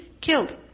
killed